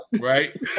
right